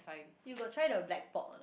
you got try the black pork or not